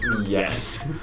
Yes